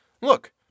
Look